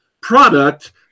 product